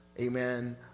amen